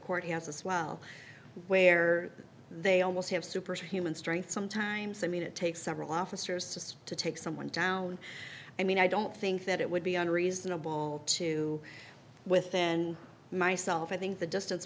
court has as well where they almost have superhuman strength sometimes i mean it takes several officers to take someone down i mean i don't think that it would be unreasonable to within myself i think the distance